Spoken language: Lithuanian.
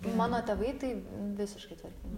mano tėvai tai visiškai tvarkingai